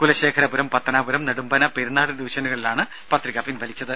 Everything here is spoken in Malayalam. കുലശേഖരപുരം പത്തനാപുരം നെടുമ്പന പെരിനാട് ഡിവിഷനുകളിലാണ് പത്രിക പിൻവലിച്ചത്